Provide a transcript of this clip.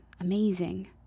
amazing